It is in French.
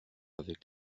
avec